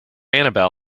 annabelle